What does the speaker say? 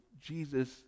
Jesus